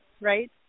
right